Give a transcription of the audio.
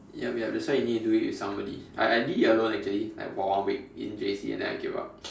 yup yup that's why you need to do it with somebody I I did it alone actually like for one week in J_C and then I gave up